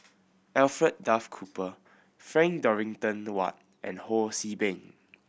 Alfred Duff Cooper Frank Dorrington Ward and Ho See Beng